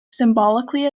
symbolically